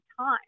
time